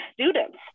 students